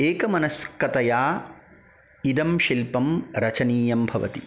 एकमनस्कतया इदं शिल्पं रचनीयं भवति